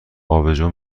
آبجو